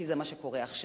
כי זה מה שקורה עכשיו.